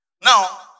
now